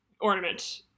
ornament